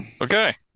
Okay